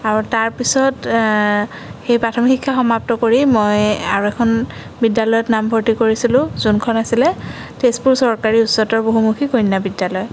আৰু তাৰপিছত সেই প্ৰাথমিক শিক্ষা সমাপ্ত কৰি মই আৰু এখন বিদ্যালয়ত নামভৰ্তি কৰিছিলোঁ যোনখন আছিলে তেজপুৰ চৰকাৰী উচ্চতৰ বহুমুখী কন্যা বিদ্যালয়